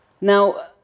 Now